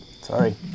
Sorry